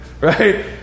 right